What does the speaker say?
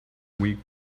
week